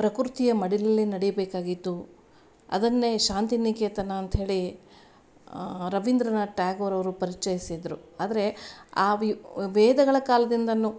ಪ್ರಕೃತಿಯ ಮಡಿಲಿ ನಡಿಬೇಕಾಗಿತ್ತು ಅದನ್ನೇ ಶಾಂತಿನಿಕೇತನ ಅಂತ ಹೇಳಿ ರವೀಂದ್ರನಾಥ್ ಟ್ಯಾಗೋರ್ ಅವರು ಪರಿಚಯಿಸಿದ್ದರು ಆದರೆ ವೇದಗಳ ಕಾಲದಿಂದನು